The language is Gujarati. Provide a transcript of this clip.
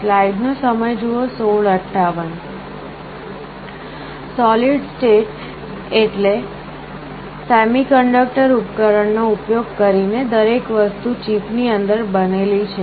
સૉલિડ સ્ટેટ એટલે સેમિકન્ડક્ટર ઉપકરણ નો ઉપયોગ કરીને દરેક વસ્તુ ચિપની અંદર બનેલી છે